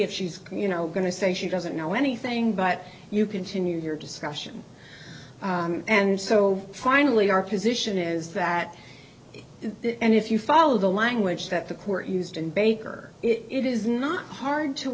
if she's communal going to say she doesn't know anything but you continue your discussion and so finally our position is that and if you follow the language that the court used in baker it is not hard to